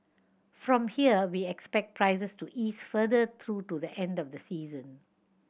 from here we expect prices to ease further through to the end of the season